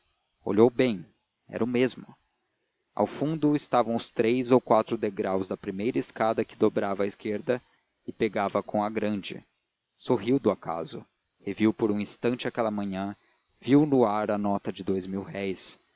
olhou bem era o mesmo ao fundo estavam os três ou quatro degraus da primeira escada que dobrava à esquerda e pegava com a grande sorriu do acaso reviu por um instante aquela manhã viu no ar a nota de dous